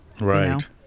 Right